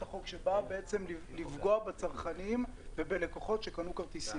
אני רוצה כמובן להודות לידידי ומכובדי אחמד טיבי על המילים